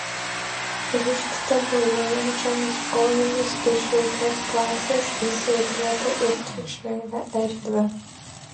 ūžt tabaluojančiomis kojomis iš jaukios klasės į saulėtą ir triukšmingą erdvę